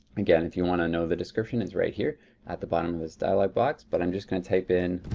again, if you want to know the description it's right here at the bottom of this dialog box, but i'm just gonna type in